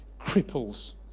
cripples